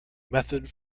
method